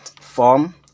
form